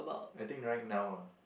I think right now ah